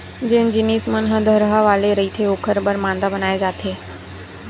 जेन जिनिस मन ह थरहा वाले रहिथे ओखर बर मांदा बनाए जाथे